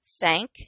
Thank